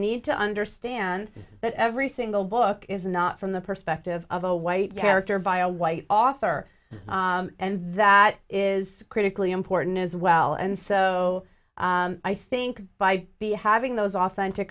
need to understand that every single book is not from the perspective of a white character by a white author and that is critically important as well and so i think by be having those authentic